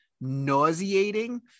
nauseating